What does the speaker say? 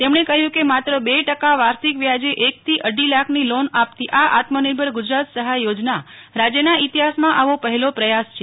તેમણે કહ્યુ કે માત્ર બે ટકા વાર્ષિક વ્યાજે એક થી અઢી લાખની લોન આપતી આત્મનિર્ભર ગુજરાત સહાય યોજના રાજયના ઈતિહાસમાં આવો પહેલો પ્રયાસ છે